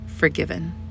forgiven